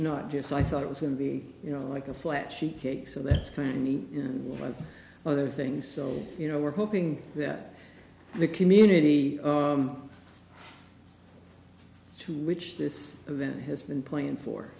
not just so i thought it was going to be you know like a flat sheet cake so that's kind of neat you know what other things so you know we're hoping that the community to which this event has been planned for